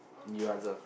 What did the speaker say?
you answer